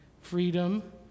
Freedom